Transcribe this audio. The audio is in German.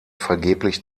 vergeblich